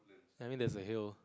I mean there's a hill